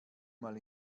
mal